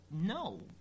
No